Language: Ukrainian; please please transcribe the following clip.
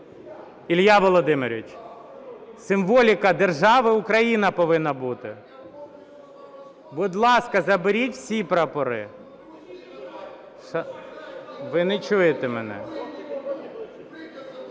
Ілля Володимирович, символіка держави Україна повинна бути. Будь ласка, заберіть всі прапори. Ви не чуєте мене.